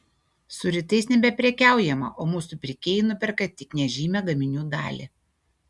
su rytais nebeprekiaujama o mūsų pirkėjai nuperka tik nežymią gaminių dalį